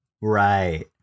Right